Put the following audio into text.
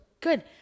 Good